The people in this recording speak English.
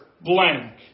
blank